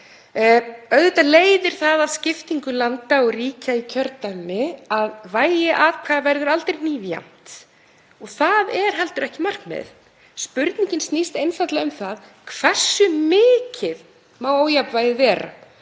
Auðvitað leiðir það af skiptingu landa og ríkja í kjördæmi að vægi atkvæða verður aldrei hnífjafnt og það er heldur ekki markmiðið. Spurningin snýst einfaldlega um það hversu mikið ójafnvægið megi